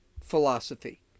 philosophy